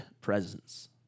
presence